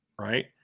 right